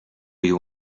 you